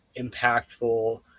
impactful